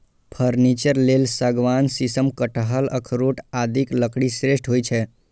furniture लेल सागवान, शीशम, कटहल, अखरोट आदिक लकड़ी श्रेष्ठ होइ छै